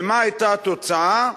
ומה היתה התוצאה?